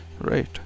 Right